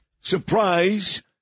surprise